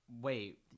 Wait